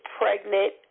pregnant